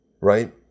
right